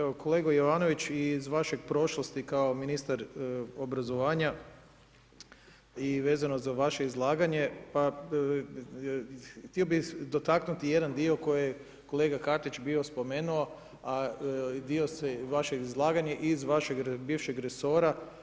Evo kolega Jovanović iz vaše prošlosti kao ministar obrazovanja i vezano za vaše izlaganje, pa htio bih dotaknuti jedan dio koji je kolega Katić bio spomenuo, a dio se vašeg izlaganja iz vašeg bivšeg resora.